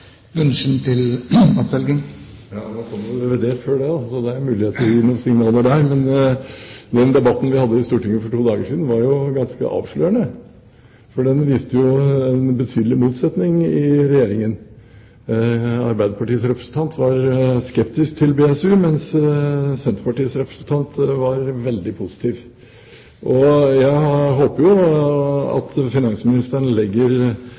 revidert før det, så det er jo muligheter til å gi noen signaler der. Men den debatten vi hadde i Stortinget for to dager siden, var ganske avslørende, for den viste en betydelig motsetning i Regjeringen: Arbeiderpartiets representant var skeptisk til BSU, mens Senterpartiets representant var veldig positiv. Jeg håper jo at finansministeren legger